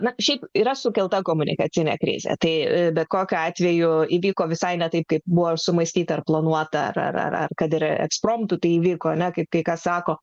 na šiaip yra sukelta komunikacinė krizė tai bet kokiu atveju įvyko visai ne taip kaip buvo sumąstyta ar planuota ar ar ar kad yra eksprontu tai įvyko ne kaip kai kas sako